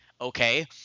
okay